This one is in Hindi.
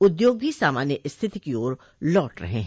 उद्योग भी सामान्य स्थिति की ओर लौट रहे हैं